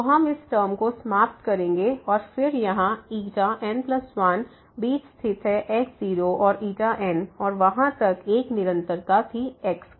तो हम इस टर्म को समाप्त करेंगे और फिर यहाँ n1 बीच स्थित है x0 और n और वहाँ तक एक निरंतरता थी x की